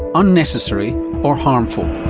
unnecessary or harmful.